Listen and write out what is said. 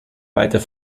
weiter